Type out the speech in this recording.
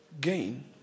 gain